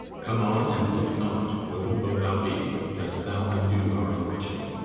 come on, and look not, noble though thou be, lest thou undo our fortune.